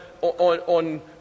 on